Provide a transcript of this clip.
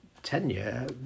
Tenure